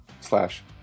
slash